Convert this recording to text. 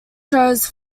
shows